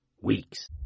weeks